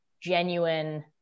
genuine